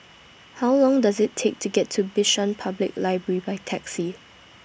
How Long Does IT Take to get to Bishan Public Library By Taxi